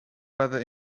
weather